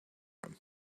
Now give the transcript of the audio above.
room